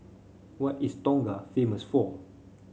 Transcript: what is Tonga famous for